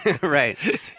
Right